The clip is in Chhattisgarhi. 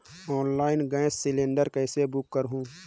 ऑनलाइन गैस सिलेंडर कइसे बुक करहु?